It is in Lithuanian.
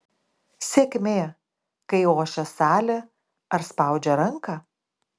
sėkmė kai ošia salė ar spaudžia ranką